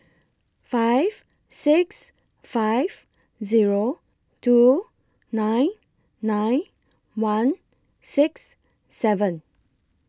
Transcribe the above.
five six five Zero two nine nine one six seven